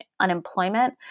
unemployment